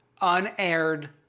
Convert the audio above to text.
unaired